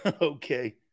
Okay